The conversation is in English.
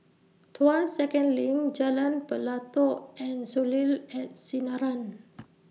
Tuas Second LINK Jalan Pelatok and Soleil At Sinaran